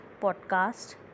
podcast